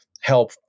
help